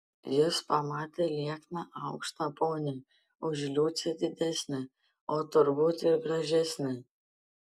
jis pamatė liekną aukštą ponią už liucę didesnę o turbūt ir gražesnę